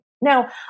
Now